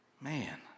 Man